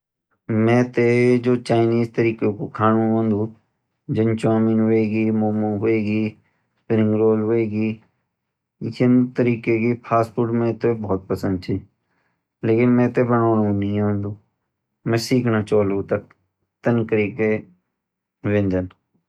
मेते जू चाइनीज़ तरीकु कु खानू हौंडू जान चौमिन हुएगी मोमो हुएगा स्प्रिंगरोल हुएगी यान तरीके के फास्टफूड मेते बहुत पसंद छीन लेकिन मेते बनौनू नी औंदू मैं सीखना चौलू।